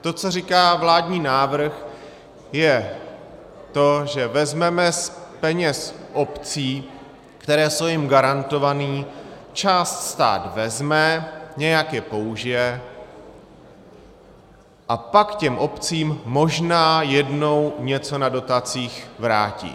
To, co říká vládní návrh, je to, že vezmeme z peněz obcí, které jsou jim garantovány, část stát vezme, nějak je použije a pak těm obcím možná jednou něco na dotacích vrátí.